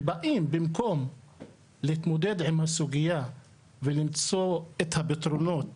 ובאים במקום להתמודד עם הסוגייה ולמצוא את הפתרונות